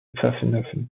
pfaffenhoffen